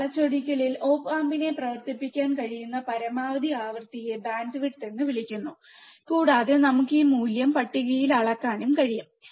ഈ വളച്ചൊടിക്കലിൽ ഒപ് ആമ്പിനെ പ്രവർത്തിപ്പിക്കാൻ കഴിയുന്ന പരമാവധി ആവൃത്തിയെ ബാൻഡ്വിഡ്ത്ത് എന്ന് വിളിക്കുന്നു കൂടാതെ നമുക്ക് ഈ മൂല്യം പട്ടികയിൽ അളക്കാനും കഴിയും